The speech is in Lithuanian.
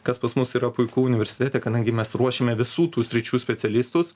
kas pas mus yra puiku universitete kadangi mes ruošiame visų tų sričių specialistus